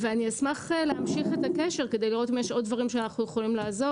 אשמח להמשיך את הקשר כדי לראות אם יש עוד דברים שאנחנו יכולים לעזור